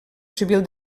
civil